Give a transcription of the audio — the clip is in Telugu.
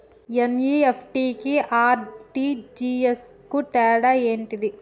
ఎన్.ఇ.ఎఫ్.టి కి ఆర్.టి.జి.ఎస్ కు తేడా ఏంటిది?